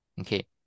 Okay